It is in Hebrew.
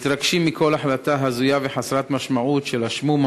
מתרגשים מכל החלטה הזויה וחסרת משמעות של השמו"ם